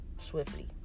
swiftly